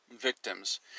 victims